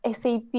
SAP